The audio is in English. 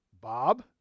Bob